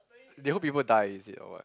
they want people die is it or what